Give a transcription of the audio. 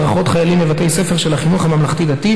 הדרכות חיילים בבתי ספר של החינוך הממלכתי-דתי,